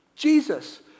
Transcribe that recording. Jesus